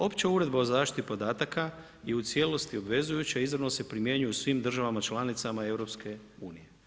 Opća uredba o zaštiti podataka je u cijelosti obvezujuća i izravno se primjenjuje u svim državama članicama EU.